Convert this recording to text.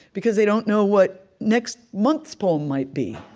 because they don't know what next month's poem might be.